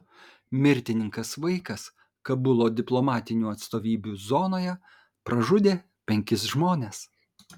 mirtininkas vaikas kabulo diplomatinių atstovybių zonoje pražudė penkis žmones